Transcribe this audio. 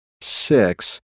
six